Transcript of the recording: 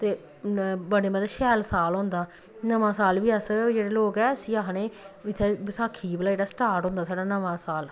ते बड़े मतलब शैल साल होंदा नमां साल बी अस जेह्ड़े लोक ऐ उसी गै आखने इत्थै बसाखी गी भला जेह्ड़ा स्टार्ट होंदा साढ़ा नमां साल